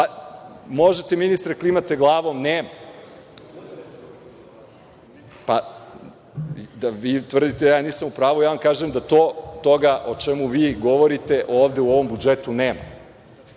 planirano. Možete, ministre, klimati glavom. Nema. Vi tvrdite da ja nisam u pravu, ali vam kažem da toga o čemu vi govorite ovde u ovom budžetu nema.